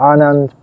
Anand